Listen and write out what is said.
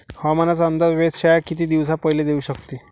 हवामानाचा अंदाज वेधशाळा किती दिवसा पयले देऊ शकते?